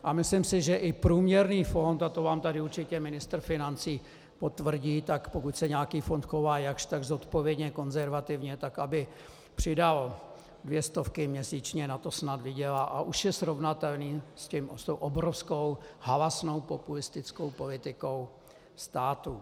A myslím si, že i průměrný fond, a to vám tu určitě ministr financí potvrdí, tak pokud se nějaký fond chová jakž takž zodpovědně, konzervativně, tak, aby přidal dvě stovky měsíčně, na to snad vydělá a už je srovnatelný s tou obrovskou hlásnou populistickou politikou státu.